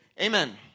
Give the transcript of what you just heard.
Amen